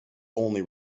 only